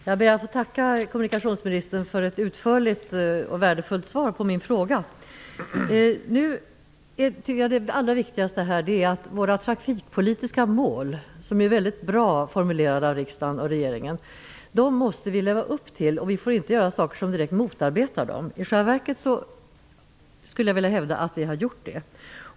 Fru talman! Jag tackar kommunikationsministern för ett utförligt och värdefullt svar på min fråga. Det viktigaste är att vi lever upp till våra trafikpolitiska målsättningar, som är mycket bra formulerade av riksdag och regering. Vi får inte göra saker som direkt motarbetar dem. I själva verket hävdar jag att vi gjort det.